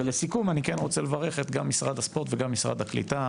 ולסיכום אני כן רוצה לברך את משרד הספורט וגם את משרד הקליטה,